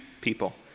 people